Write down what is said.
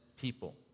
people